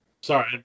Sorry